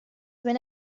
when